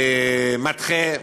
מַדְחה,